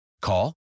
Call